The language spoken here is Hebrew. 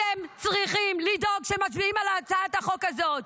אתם צריכים לדאוג שמצביעים על הצעת החוק הזאת.